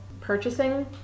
purchasing